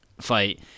fight